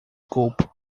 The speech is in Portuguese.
culpo